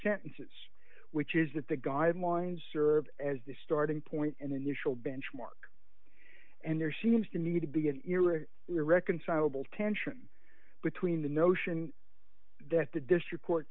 sentences which is that the guidelines serve as the starting point and initial benchmark and there seems to need to be an irreconcilable tension between the notion that the district court